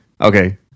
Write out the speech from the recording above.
Okay